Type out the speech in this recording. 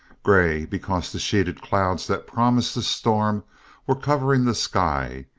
grey because the sheeted clouds that promised a storm were covering the sky,